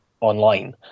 online